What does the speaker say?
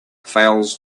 fails